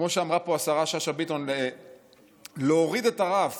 כמו שאמרה פה השרה שאשא ביטון, להוריד את הרף